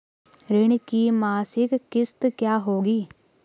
ऋण की मासिक किश्त क्या होगी?